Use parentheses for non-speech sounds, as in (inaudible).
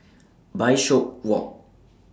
(noise) Bishopswalk